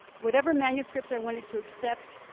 whatever manuscript i wanted to accept,